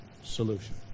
solution